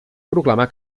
proclamar